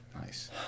Nice